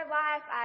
life